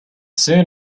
soon